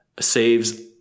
saves